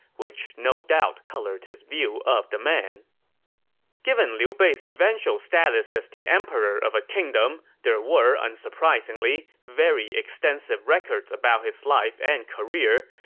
which no doubt colored his view of the man given liu bei's eventual status as the emperor of a kingdom, there were, unsurprisingly, very extensive records about his life and career,